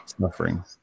suffering